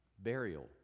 burial